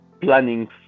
planning